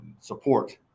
support